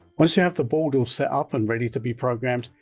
once you have the board all set up and ready to be programmed,